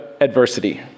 Adversity